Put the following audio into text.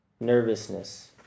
nervousness